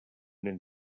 den